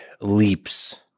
leaps